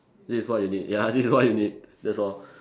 this is what you need ya this is what you need that's all